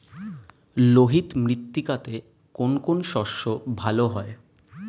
লোহিত মৃত্তিকাতে কোন কোন শস্য ভালো হয়?